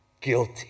guilty